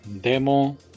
Demo